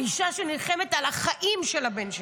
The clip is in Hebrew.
האישה שנלחמת על החיים הבן שלה,